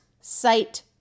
sight